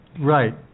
Right